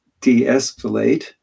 de-escalate